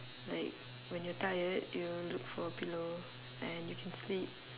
like when you are tired you look for a pillow and you can sleep